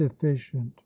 deficient